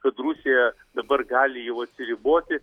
kad rusija dabar gali jau atsiriboti